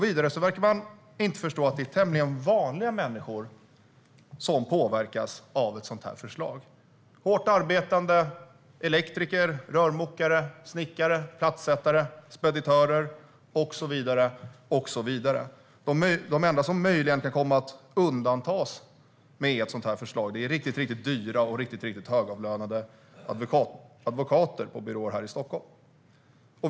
Vidare verkar man inte förstå att det är tämligen vanliga människor som påverkas av ett sådant förslag. Det är hårt arbetande elektriker, rörmokare, snickare, plattsättare, speditörer och så vidare. De enda som möjligen kan komma att undantas med ett sådant förslag är riktigt dyra och riktigt högavlönade advokater på byråer i Stockholm.